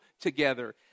together